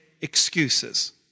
excuses